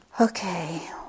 okay